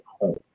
home